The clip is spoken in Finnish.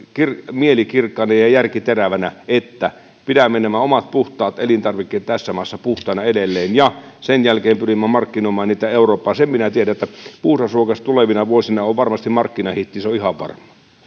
mieli kirkkaana ja järki terävänä niin että pidämme nämä omat puhtaat elintarvikkeet tässä maassa puhtaina edelleen ja sen jälkeen pyrimme markkinoimaan niitä eurooppaan sen minä tiedän että puhdas ruoka on tulevina vuosina varmasti markkinahitti se on ihan varma